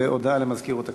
הודעה למזכירות הכנסת.